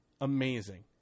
amazing